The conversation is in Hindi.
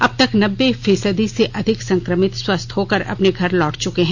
अब तक नब्बे फीसदी से अधिक संक्रमित स्वस्थ होकर अपने घर लौट चुके हैं